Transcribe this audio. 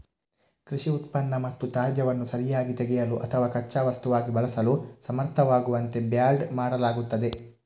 ಕೃಷಿ ಉತ್ಪನ್ನ ಮತ್ತು ತ್ಯಾಜ್ಯವನ್ನು ಸರಿಯಾಗಿ ತೆಗೆಯಲು ಅಥವಾ ಕಚ್ಚಾ ವಸ್ತುವಾಗಿ ಬಳಸಲು ಸಮರ್ಥವಾಗುವಂತೆ ಬ್ಯಾಲ್ಡ್ ಮಾಡಲಾಗುತ್ತದೆ